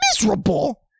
miserable